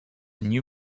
new